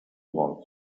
was